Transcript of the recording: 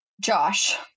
Josh